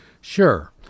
Sure